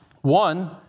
One